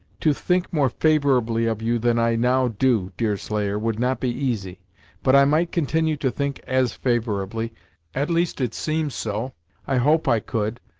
to think more favorably of you than i now do, deerslayer, would not be easy but i might continue to think as favorably at least it seems so i hope i could,